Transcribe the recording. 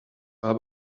war